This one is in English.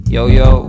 Yo-yo